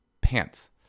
pants